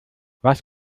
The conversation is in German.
was